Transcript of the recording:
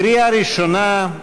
קריאה ראשונה,